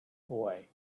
boy